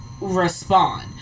respond